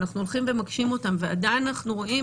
ואנחנו הולכים ומקשים אותן ועדיין אנחנו רואים